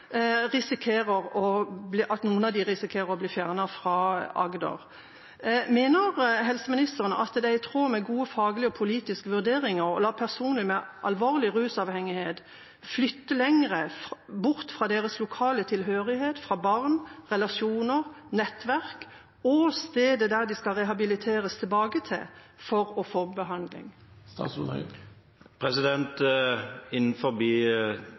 risikerer å bli fjernet fra Agder. Mener helseministeren at det er i tråd med gode faglige og politiske vurderinger å la personer med alvorlig rusavhengighet flytte lenger bort fra sin lokale tilhørighet, fra barn, relasjoner, nettverk og stedet som de skal rehabiliteres tilbake til, for å få behandling?